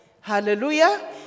Hallelujah